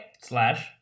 Slash